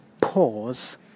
pause